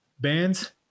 bands